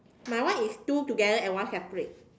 my one is two together and one separate